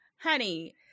Honey